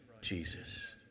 Jesus